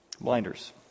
Blinders